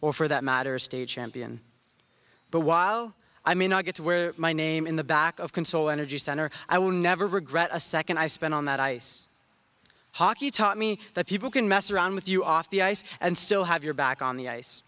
or for that matter state champion but while i may not get to wear my name in the back of console energy center i will never regret a second i spent on that i hockey taught me that people can mess around with you off the ice and still have your back on the ice